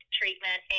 treatment